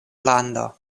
lando